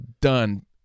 done